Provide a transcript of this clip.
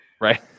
Right